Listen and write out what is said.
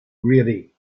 grady